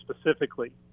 specifically